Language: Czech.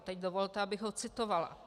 Teď dovolte, abych ho citovala.